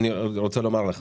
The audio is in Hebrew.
אז איך זה עובד?